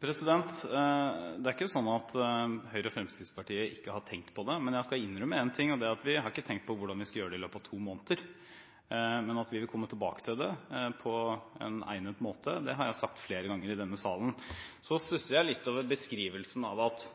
plasser? Det er ikke sånn at Høyre og Fremskrittspartiet ikke har tenkt på det, men jeg skal innrømme én ting, og det er at vi ikke har tenkt på hvordan vi skal gjøre det i løpet av to måneder. Men at vi vil komme tilbake til det på en egnet måte, har jeg sagt flere ganger i denne salen. Så stusser jeg litt over beskrivelsen av at